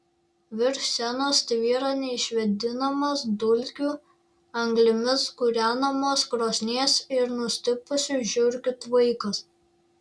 virš scenos tvyro neišvėdinamas dulkių anglimis kūrenamos krosnies ir nustipusių žiurkių tvaikas